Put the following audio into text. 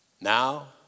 Now